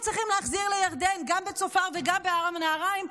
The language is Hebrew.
צריכים להחזיר לירדן גם בצופר וגם בארם נהריים,